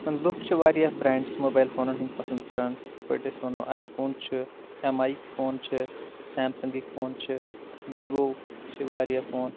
لُکھ چھِ واریاہ برٛینٛڈٕس موبایِل فونَن ہِنٛد پَسنٛد کَران یِتھ پٲٹھۍ أسۍ وَنو آی فون چھ ایم آے یکۍ فون چھِ سیمسنٛگٕکۍ فون چھِ ویٖوو چھِ واریاہ فون